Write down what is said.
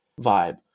vibe